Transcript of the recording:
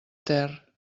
ter